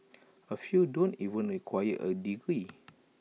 A few don't even require A degree